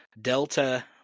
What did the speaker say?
Delta